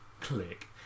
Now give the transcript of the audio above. Click